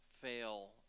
fail